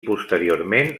posteriorment